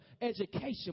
education